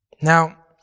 Now